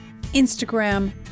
Instagram